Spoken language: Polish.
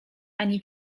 ani